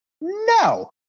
No